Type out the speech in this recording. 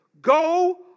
Go